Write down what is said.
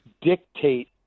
dictate